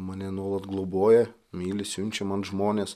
mane nuolat globoja myli siunčia man žmones